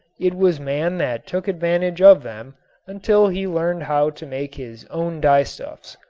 it was man that took advantage of them until he learned how to make his own dyestuffs.